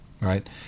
right